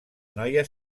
noia